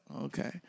okay